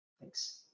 Thanks